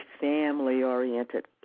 family-oriented